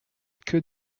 queue